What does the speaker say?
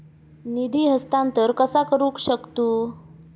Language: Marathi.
निधी हस्तांतर कसा करू शकतू?